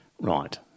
Right